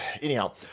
Anyhow